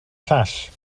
llall